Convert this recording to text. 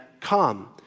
come